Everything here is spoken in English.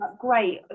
great